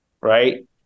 Right